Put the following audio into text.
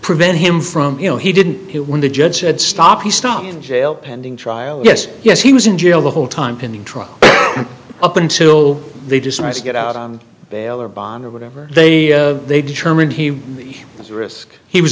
prevent him from you know he did it when the judge said stop he stopped in jail pending trial yes yes he was in jail the whole time pending trial up until they decide to get out on bail or bond or whatever they they determined he was a risk he was